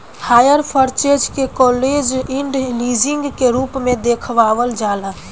hire purchase के close end leasing के रूप में देखावल जाला